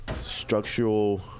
structural